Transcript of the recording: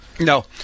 No